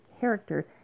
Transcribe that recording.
character